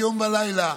יום ולילה,